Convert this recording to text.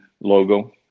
logo